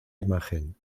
imagen